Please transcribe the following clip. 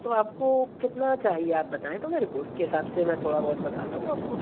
तो आपको कितना चाहिए आप बताएँ तो मेरे को उसके हिसाब से मैं थोड़ा बहुत बताता हूँ आपको